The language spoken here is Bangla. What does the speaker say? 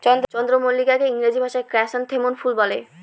চন্দ্রমল্লিকাকে ইংরেজি ভাষায় ক্র্যাসনথেমুম ফুল বলে